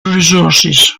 resources